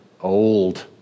old